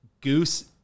Goose